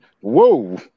Whoa